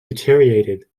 deteriorated